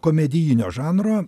komedinio žanro